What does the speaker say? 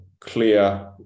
clear